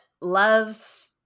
loves